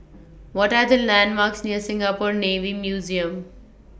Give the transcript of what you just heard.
What Are The landmarks near Singapore Navy Museum